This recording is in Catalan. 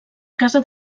casa